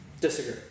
Disagree